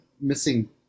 missing